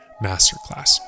masterclass